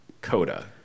Coda